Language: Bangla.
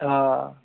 ওহ